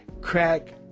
Crack